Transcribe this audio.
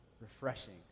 refreshing